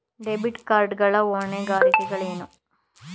Debit card ಗಳ ಹೊಣೆಗಾರಿಕೆಗಳೇನು?